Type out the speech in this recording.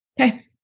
Okay